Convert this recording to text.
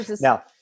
Now